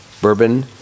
bourbon